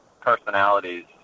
personalities